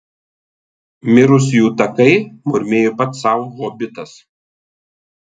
mirusiųjų takai murmėjo pats sau hobitas